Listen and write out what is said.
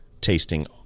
tasting